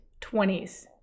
20s